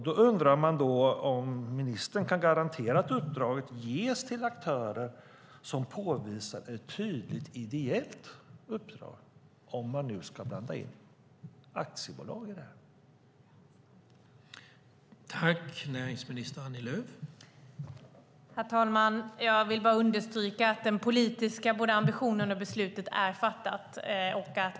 Då undrar man om ministern kan garantera att uppdraget ges till aktörer som påvisar ett tydligt ideellt uppdrag, om man nu ska blanda in aktiebolag i det här.